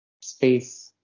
space